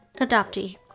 adoptee